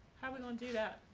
how are we going to do that?